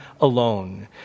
alone